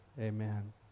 Amen